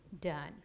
done